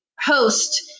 host